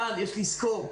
יש לזכור,